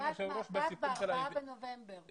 הישיבה הבאה תתקיים ב4 בנובמבר.